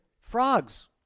frogs